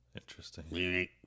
Interesting